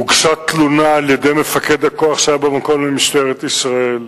הוגשה תלונה על-ידי מפקד הכוח שהיה במקום למשטרת ישראל,